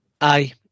Aye